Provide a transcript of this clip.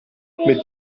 mit